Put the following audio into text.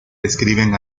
describen